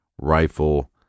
rifle